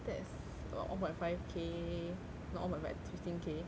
that's about one point five K not one point five fifteen K